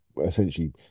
essentially